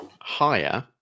higher